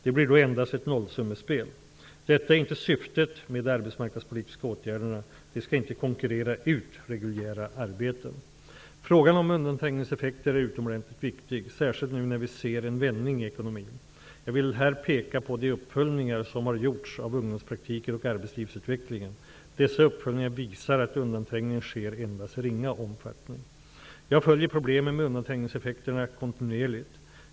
Det blir då endast ett nollsummespel. Detta är inte syftet med de arbetsmarknadspolitiska åtgärderna. De skall inte konkurrera ut reguljära arbeten. Frågan om undanträngningseffekter är utomordentligt viktig, särskilt nu när vi ser en vändning i ekonomin. Jag vill här peka på de uppföljningar som har gjorts av ungdomspraktiken och arbetslivsutvecklingen. Dessa uppföljningar visar att undanträngning sker i endast ringa omfattning. Jag följer problemen med undanträngningseffekterna kontinuerligt.